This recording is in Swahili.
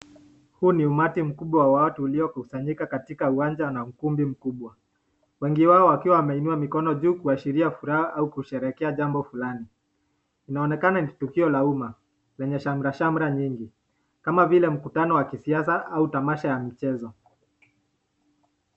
Huu ni umati mkubwa wa watu ukiokusanyika katika uwanja na ukumbi mkubwa, wengi wao wakiwa wameinua mikono juu kuashiria furaha au kusherehekea jambo fulani. Inaonekana ni tukio la umma lenye shamra shamra nyingi kama vile mkutano wa kisiasa au tamasha ya michezo.